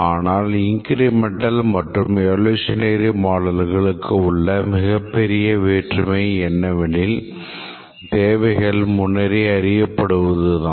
ஆனால் இன்கிரிமென்டல் மற்றும் எவோலோஷனரி மாடல்களுக்கு உள்ள மிகப் பெரிய வேற்றுமை என்னவெனில் தேவைகள் முன்னரே அறியப்படுவதுதான்